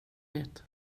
det